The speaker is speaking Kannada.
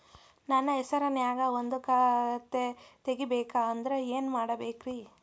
ನನ್ನ ಹೆಸರನ್ಯಾಗ ಒಂದು ಖಾತೆ ತೆಗಿಬೇಕ ಅಂದ್ರ ಏನ್ ಮಾಡಬೇಕ್ರಿ?